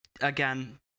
again